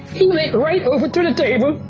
he went right over to the table,